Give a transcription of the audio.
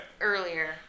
Earlier